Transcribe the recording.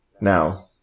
Now